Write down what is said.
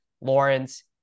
Lawrence